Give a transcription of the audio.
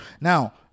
Now